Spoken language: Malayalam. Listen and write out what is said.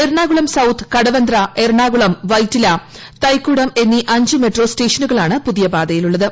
എറണാകുളം സൌത്ത് കടവന്ത്ര എറണാകുളം വൈറ്റില തൈക്കുടം എന്നീ അഞ്ച് മെട്രോ സ്റ്റേഷനുകളാണ് പുതിയ പാതയിലുള്ളത്